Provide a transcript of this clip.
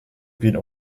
bieten